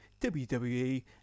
WWE